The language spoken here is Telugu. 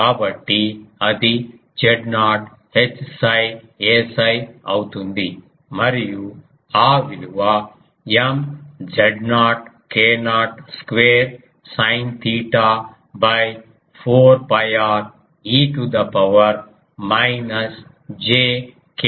కాబట్టి అది Z0 Hφ aφ అవుతుంది మరియు ఆ విలువ M Z0 k0 square sin theta 4 𝛑 r e to the power minus j k0 r aφ అవుతుంది